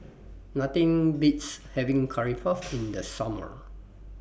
Nothing Beats having Curry Puff in The Summer